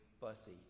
fussy